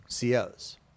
COs